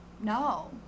No